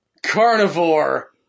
carnivore